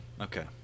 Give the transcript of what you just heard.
Okay